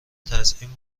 تزیین